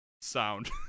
sound